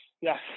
Yes